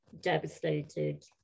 devastated